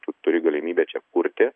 tu turi galimybę čia kurti